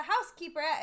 housekeeper